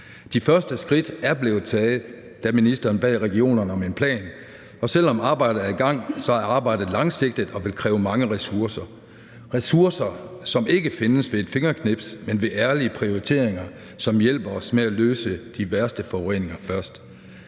De første skridt er blevet taget, da ministeren bad regionerne om en plan, og selv om arbejdet er i gang, er arbejdet langsigtet og vil kræve mange ressourcer; ressourcer, som ikke findes med et fingerknips, men ved at lave ærlige prioriteringer, som hjælper os med at klare de værste forureninger først.